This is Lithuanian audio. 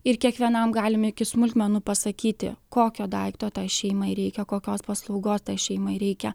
ir kiekvienam galim iki smulkmenų pasakyti kokio daikto tai šeimai reikia kokios paslaugos šeimai reikia